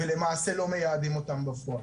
ולמעשה לא מייעדים אותן בפועל.